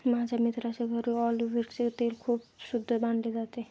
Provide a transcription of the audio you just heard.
माझ्या मित्राच्या घरी ऑलिव्हचे तेल खूप शुद्ध मानले जाते